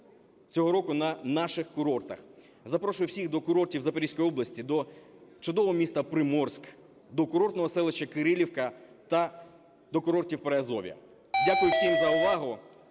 цього року на наших курортах. Запрошую всіх до курортів Запорізького області, до чудового міста Приморськ, до курортного селища Кирилівка та до курортів Приазов'я. Дякую всім за увагу.